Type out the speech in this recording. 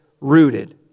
rooted